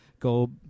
go